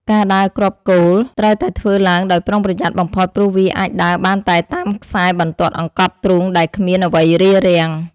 ការដើរគ្រាប់គោល ត្រូវតែធ្វើឡើងដោយប្រុងប្រយ័ត្នបំផុតព្រោះវាអាចដើរបានតែតាមខ្សែបន្ទាត់អង្កត់ទ្រូងដែលគ្មានអ្វីរារាំង។